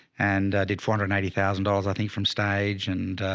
and i did four hundred and eighty thousand dollars, i think from stage. and